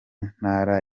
ntara